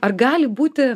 ar gali būti